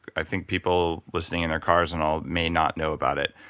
i think people listening in their cars and all may not know about it.